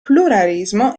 pluralismo